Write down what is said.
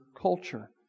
culture